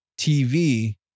TV